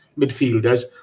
midfielders